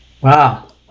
Wow